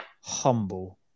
humble